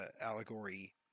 allegory